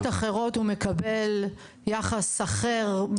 במדינות אחרות הוא מקבל יחס אחר,